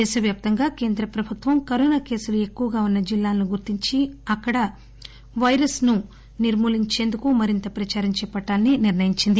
దేశవ్యాప్తంగా కేంద్ర ప్రభుత్వం కరోనా కేసులు ఎక్కువగా ఉన్న జిల్లాలను గుర్తించి అక్కడ వైరస్ మూర్తిని నిర్వహించేందుకు మరింత ప్రదారం చేపట్టాలని నిర్ణయించింది